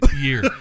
year